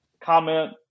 comment